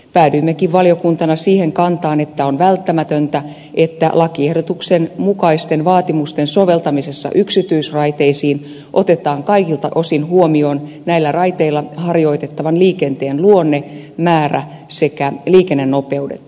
päädyimmekin valiokuntana siihen kantaan että on välttämätöntä että lakiehdotuksen mukaisten vaatimusten soveltamisessa yksityisraiteisiin otetaan kaikilta osin huomioon näillä raiteilla harjoitettavan liikenteen luonne määrä sekä liikennenopeudet